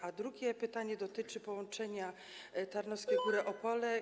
A drugie pytanie dotyczy połączenia TarnowskieGóry - Opole.